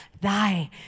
Thy